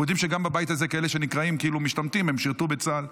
אנחנו יודעים שגם בבית הזה כאלה שנקראים כאילו משתמטים שירתו בצה"ל.